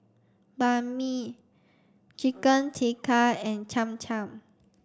Banh Mi Chicken Tikka and Cham Cham